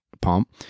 pump